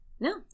No